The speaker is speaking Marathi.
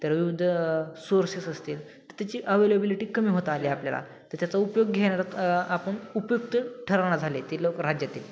तर विविध सोर्सेस असतील तर त्याची अवेलेबिलिटी कमी होत आली आपल्याला तर त्याचा उपयोगी घेणारा त आपण उपयुक्त ठरवणार झाले ते लोक राज्यातील